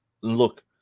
look